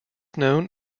known